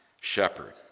shepherd